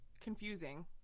confusing